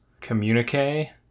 communique